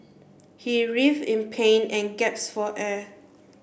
he writhed in pain and for air